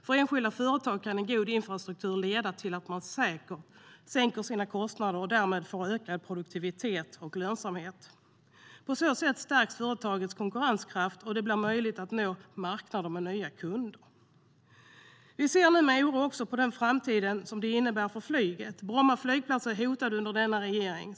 För enskilda företag kan en god infrastruktur leda till att man sänker sina kostnader och därmed får ökad produktivitet och lönsamhet. På så sätt stärks företagets konkurrenskraft, och det blir möjligt att nå nya marknader och nya kunder. Vi ser med oro på framtiden för flyget. Bromma flygplats är hotad av denna regering.